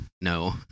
no